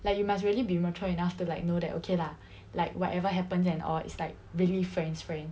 like you must really be mature enough to like know that okay lah like whatever happens and all it's like really friends friend